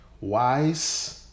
wise